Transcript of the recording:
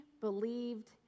believed